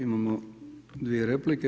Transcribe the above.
Imamo dvije replike.